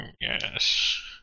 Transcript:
yes